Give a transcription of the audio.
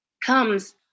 comes